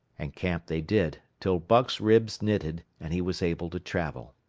and camp they did, till buck's ribs knitted and he was able to travel.